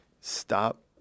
stop